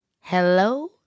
Hello